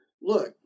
look